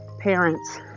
parents